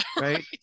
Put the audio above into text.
right